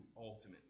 ultimately